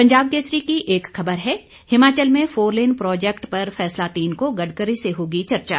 पंजाब केसरी की एक खबर है हिमाचल में फोरलेन प्रोजैक्ट पर फैसला तीन को गडकरी से होगी चर्चा